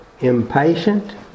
impatient